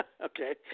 Okay